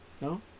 no